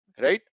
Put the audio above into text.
right